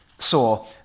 saw